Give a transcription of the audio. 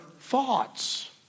thoughts